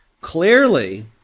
Clearly